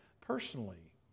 personally